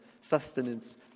sustenance